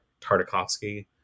Tartakovsky